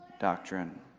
doctrine